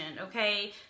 okay